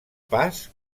pas